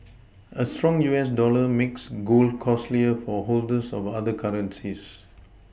a strong U S dollar makes gold costlier for holders of other currencies